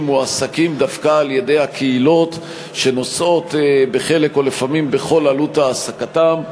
מועסקים דווקא על-ידי הקהילות שנושאות בחלק מעלות העסקתם,